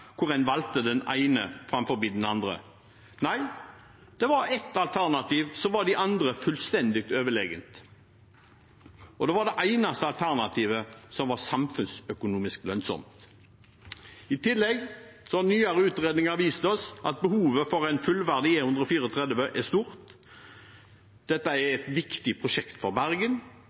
hvor en valgte den ene foran den andre. Nei, det var ett alternativ som var de andre fullstendig overlegent, og det var det eneste alternativet som var samfunnsøkonomisk lønnsomt. I tillegg har nyere utredninger vist oss at behovet for en fullverdig E134 er stort. Dette er et viktig prosjekt for Bergen,